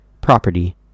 property